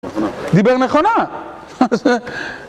דיבר נכונה!